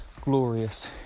glorious